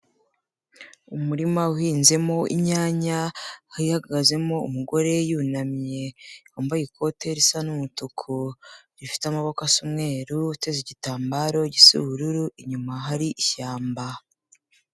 Umurima uhinzemo inyanya, hahagazemo umugore yunamye. Wambaye ikote risa n'umutuku. Rifite amaboko asa umweru, uteze igitambaro gisa ubururu, inyuma hari ishyamba.